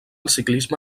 ciclisme